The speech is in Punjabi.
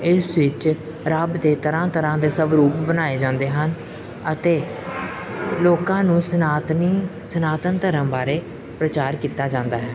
ਇਸ ਵਿੱਚ ਰੱਬ ਦੇ ਤਰ੍ਹਾਂ ਤਰ੍ਹਾਂ ਦੇ ਸਭ ਰੂਪ ਬਣਾਏ ਜਾਂਦੇ ਹਨ ਅਤੇ ਲੋਕਾਂ ਨੂੰ ਸਨਾਤਨੀ ਸਨਾਤਨ ਧਰਮ ਬਾਰੇ ਪ੍ਰਚਾਰ ਕੀਤਾ ਜਾਂਦਾ ਹੈ